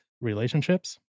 relationships